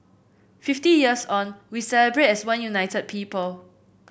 fifty years on we celebrate as one united people